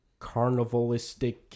carnivalistic